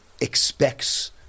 expects